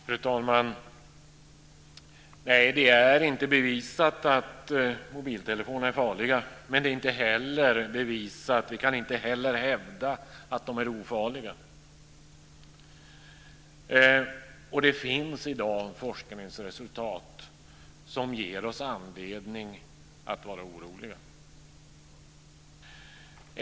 Fru talman! Nej, det är inte bevisat att mobiltelefoner är farliga. Men vi kan inte heller hävda att de är ofarliga. Det finns i dag forskningsresultat som ger oss anledning att vara oroliga.